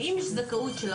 ואם יש זכאות שוב פעם,